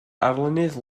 arlunydd